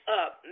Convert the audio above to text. up